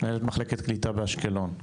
מנהלת מחלקת קליטה באשקלון,